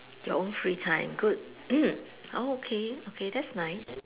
your own free time good mm oh okay okay that's nice